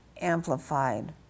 Amplified